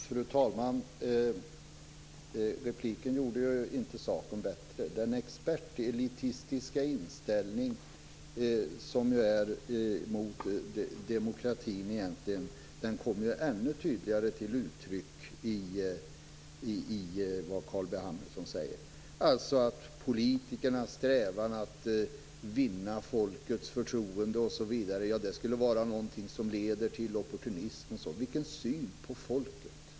Fru talman! Repliken gjorde inte saken bättre. Den expertelitistiska inställningen mot demokratin kommer ännu tydligare till uttryck i vad Carl B Hamilton säger. Politikernas strävan att vinna folkets förtroende skulle leda till opportunism. Vilken syn på folket.